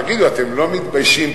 תגידו, אתם לא מתביישים?